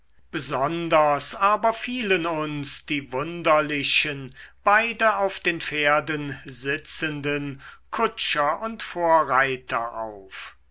besonders aber fielen uns die wunderlichen beide auf den pferden sitzenden kutscher und vorreiter auf